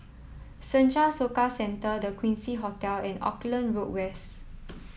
Senja Soka Centre The Quincy Hotel and Auckland Road West